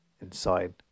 inside